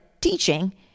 teaching